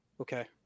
Okay